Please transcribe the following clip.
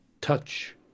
Touch